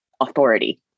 authority